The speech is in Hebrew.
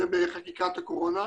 ובחקיקת הקורונה,